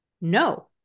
no